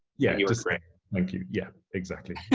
yeah you thank you, yeah. exactly.